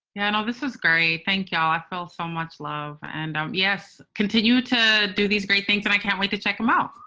and this is great. thank y'all. i feel so much love and um yes. continue to do these great things. i can't wait to check them out.